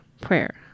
prayer